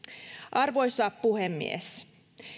arvoisa puhemies